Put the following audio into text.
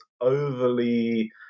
overly